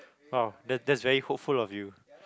!wow! that that's very hopeful of you